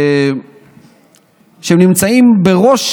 שנמצאים בראש